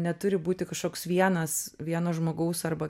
neturi būti kažkoks vienas vieno žmogaus arba